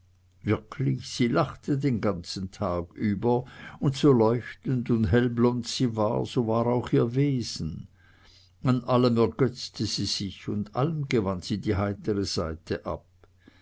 sie lachte den ganzen tag über und so leuchtend und hellblond sie war so war auch ihr wesen an allem ergötzte sie sich und allem gewann sie die heitre seite ab